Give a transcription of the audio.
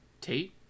Tate